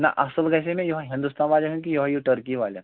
نہ اَصٕل گَژھِ ہہ مےٚ یِہوٚے ہِنٛدُستان والٮ۪ن ہُنٛد کہِ یہِ ہٲیِو ٹٔرکی والٮ۪ن ہُنٛد